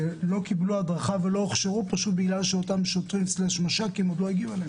לא קיבלו הדרכה ולא הוכשרו כי אותם שוטרים/מש"קים עדיין לא הגיעו אליהן.